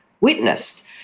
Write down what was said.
witnessed